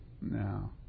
no